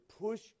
push